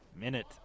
minute